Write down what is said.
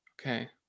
Okay